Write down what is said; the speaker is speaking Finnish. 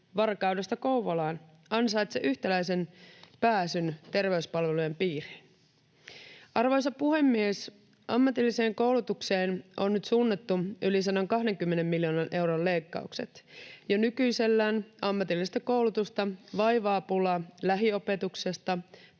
Varkaudesta Kouvolaan — ansaitse yhtäläisen pääsyn terveyspalvelujen piiriin? Arvoisa puhemies! Ammatilliseen koulutukseen on nyt suunnattu yli 120 miljoonan euron leikkaukset. Jo nykyisellään ammatillista koulutusta vaivaa pula lähiopetuksesta.